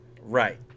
right